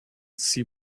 see